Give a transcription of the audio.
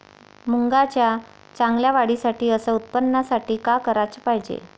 मुंगाच्या चांगल्या वाढीसाठी अस उत्पन्नासाठी का कराच पायजे?